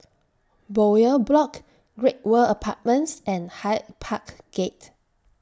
Bowyer Block Great World Apartments and Hyde Park Gate